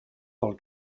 pel